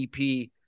EP